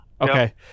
Okay